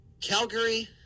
Calgary